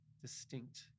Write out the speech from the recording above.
distinct